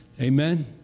Amen